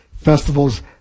festivals